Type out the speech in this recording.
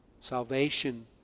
Salvation